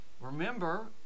remember